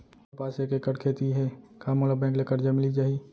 मोर पास एक एक्कड़ खेती हे का मोला बैंक ले करजा मिलिस जाही?